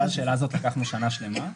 בגלל השאלה הזאת לקח לנו שנה שלמה.